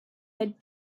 had